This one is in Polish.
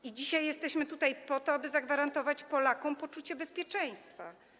I dzisiaj jesteśmy tutaj po to, aby zagwarantować Polakom poczucie bezpieczeństwa.